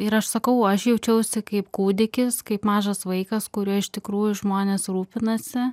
ir aš sakau aš jaučiausi kaip kūdikis kaip mažas vaikas kuriuo iš tikrųjų žmonės rūpinasi